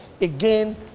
again